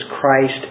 Christ